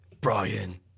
Brian